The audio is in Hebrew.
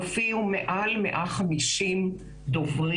הופיעו מעל 150 דוברים,